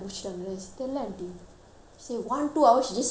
she say one two hour she just sit down she never get up she do everything herself